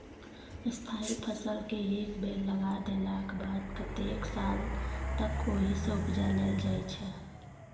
स्थायी फसलकेँ एक बेर लगा देलाक बाद कतेको साल तक ओहिसँ उपजा लेल जाइ छै